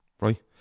right